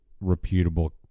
reputable